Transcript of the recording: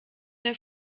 der